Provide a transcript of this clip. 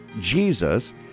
Jesus